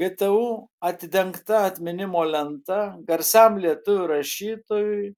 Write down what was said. ktu atidengta atminimo lenta garsiam lietuvių rašytojui